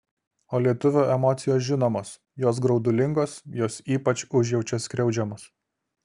o lietuvio emocijos žinomos jos graudulingos jos ypač užjaučia skriaudžiamus